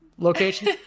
location